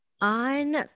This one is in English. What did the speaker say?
on